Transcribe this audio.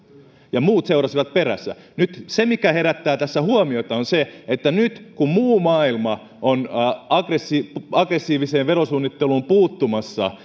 ja muut seurasivat perässä nyt se mikä herättää tässä huomiota on se että nyt kun muu maailma on aggressiiviseen aggressiiviseen verosuunnitteluun puuttumassa